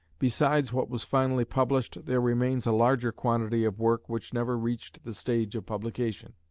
besides what was finally published, there remains a larger quantity of work which never reached the stage of publication.